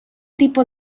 tipo